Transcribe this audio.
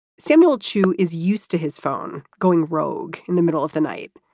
samuel chu is used to his phone going rogue in the middle of the night,